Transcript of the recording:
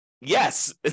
yes